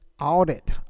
audit